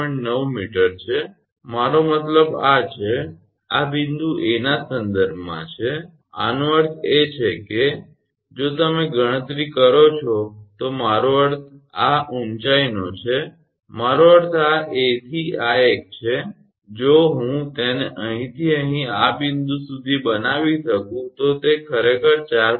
9 𝑚 છે મારો મતલબ આ છે આ બિંદુ 𝐴 ના સંદર્ભમાં છે આનો અર્થ એ છે કે જો તમે ગણતરી કરો છો તો મારો અર્થ આ ઉંચાઇનો છું મારો અર્થ આ 𝐴 થી આ એક છે જો હું તેને અહીંથી અહીં આ બિંદુ સુધી બનાવી શકું તો તે ખરેખર 4